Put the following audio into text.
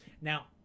now